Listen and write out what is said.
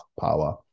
power